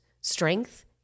strength